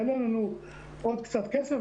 יעלה לנו עוד קצת כסף,